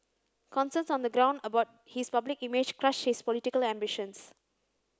concerns on the ground about his public image crushed his political ambitions